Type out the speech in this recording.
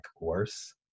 worse